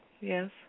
Yes